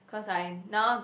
because I now